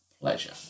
Pleasure